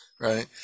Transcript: Right